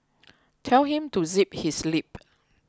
tell him to zip his lip